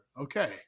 Okay